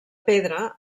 pedra